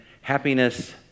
happiness